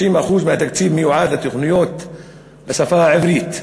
90% מהתקציב מיועד לתוכניות בשפה העברית.